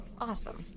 awesome